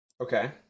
Okay